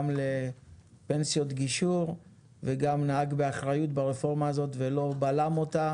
גם לפנסיות גישור וגם נהג באחריות ברפורמה הזאת ולא בלם אותה